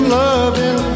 loving